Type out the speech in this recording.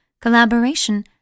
collaboration